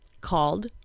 called